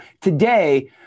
today